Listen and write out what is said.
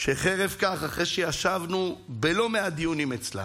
שחרף כך, אחרי שישבנו בלא מעט דיונים אצלה,